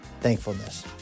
thankfulness